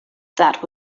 that